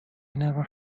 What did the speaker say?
never